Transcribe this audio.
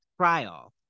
trial